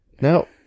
no